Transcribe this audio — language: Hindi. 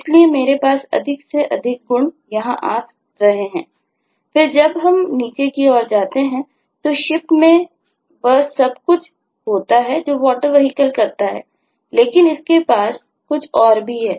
इसलिए मेरे पास अधिक से अधिक गुण यहां आ रहे हैं फिर जब हम नीचे की ओर जाते हैं तो ship में वह सब कुछ होता है जो water vehicle करता है लेकिन इसके पास कुछ और भी है